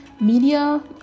Media